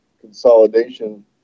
consolidation